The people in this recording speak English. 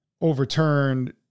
overturned